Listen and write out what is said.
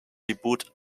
debut